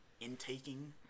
intaking